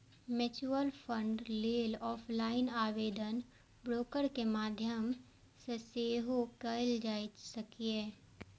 mutual fund लेल offline आवेदन broker के माध्यम सं सेहो कैल जा सकैए